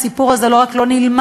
הסיפור הזה לא רק שלא נלמד,